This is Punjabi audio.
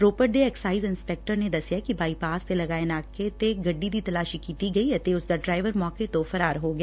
ਰੋਪੜ ਦੇ ਐਕਸਾਈਜ ਇੰਸਪੈਕਟਰ ਨੇ ਦਸਿਐ ਕਿ ਬਾਈਪਾਸ ਤੇ ਲਗਾਏ ਨਾਕੇ ਤੇ ਗੱਡੀ ਦੀ ਤਲਾਸ਼ੀ ਕੀਤੀ ਗਈ ਅਤੇ ਉਸਦਾ ਡਰਾਇਵਰ ਮੌਕੇ ਤੋਂ ਫਰਾਰ ਹੋ ਗਿਆ